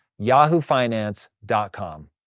yahoofinance.com